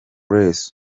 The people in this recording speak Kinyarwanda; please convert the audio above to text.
grace